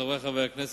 חברי חברי כנסת,